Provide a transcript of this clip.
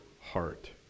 heart